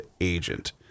agent